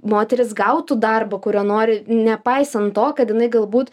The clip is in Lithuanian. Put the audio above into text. moterys gautų darbą kurio nori nepaisant to kad jinai galbūt